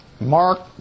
Mark